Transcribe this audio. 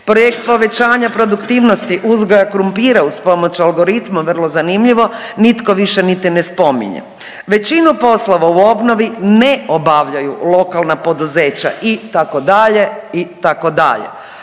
Projekt povećanja produktivnosti uzgoja krumpira uz pomoć algoritma vrlo zanimljivo nitko više niti ne spominje. Većinu poslova u obnovi ne obavljaju lokalna poduzeća itd. itd.